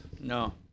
No